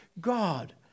God